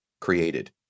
created